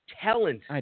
talent